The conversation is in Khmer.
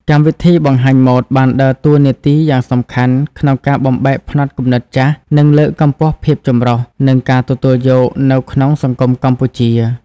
កម្មវិធីបង្ហាញម៉ូដបានដើរតួនាទីយ៉ាងសំខាន់ក្នុងការបំបែកផ្នត់គំនិតចាស់ និងលើកកម្ពស់ ភាពចម្រុះ និង ការទទួលយក នៅក្នុងសង្គមកម្ពុជា។